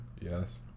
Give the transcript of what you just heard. Yes